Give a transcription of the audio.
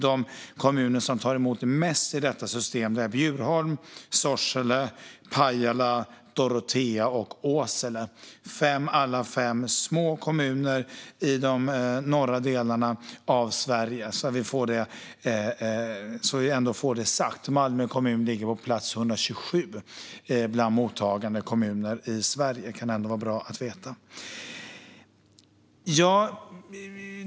De kommuner som tar emot mest i detta system är Bjurholm, Sorsele, Pajala, Dorotea och Åsele. Alla fem är små kommuner som ligger i de norra delarna av Sverige. Då har vi fått det sagt. Malmö kommun ligger på plats 127 av mottagande kommuner i Sverige. Det kan vara bra att veta.